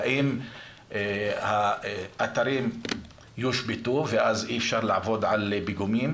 האם האתרים יושבתו ואז אי אפשר לעבוד על פיגומים,